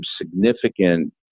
significant